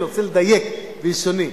אני רוצה לדייק בלשוני,